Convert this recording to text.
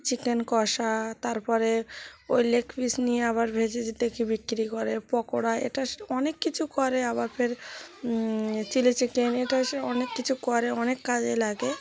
chicken কষা তার পরে ওই লেগ পিস নিয়ে আবার ভেজে যে দেখি বিক্রি করে পকোড়া এটা সেটা অনেক কিছু করে আবার ফের চিলি চিকেন এটা সেটা অনেক কিছু করে অনেক কাজে লাগে